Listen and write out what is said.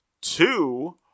two